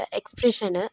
expression